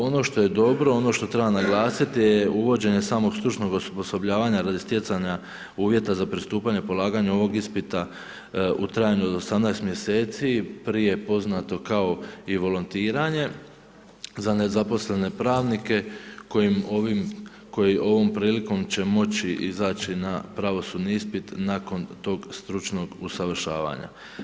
Ono što je dobro, ono što treba naglasiti je uvođenje samog stručnog osposobljavanja radi stjecanja uvjeta za pristupanje polaganja ovog ispita u trajanju od 18 mj., prije poznato kao i volontiranje za nezaposlene pravnike koji ovom prilikom će moći izaći na pravosudni ispit nakon tog stručnog usavršavanja.